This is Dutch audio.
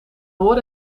door